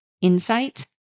insight